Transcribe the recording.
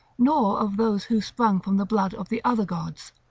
nor of those who sprung from the blood of the other gods,